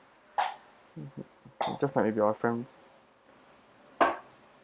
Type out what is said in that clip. just like with your friend